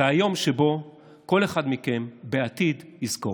זה היום שבו כל אחד מכם בעתיד יזכור.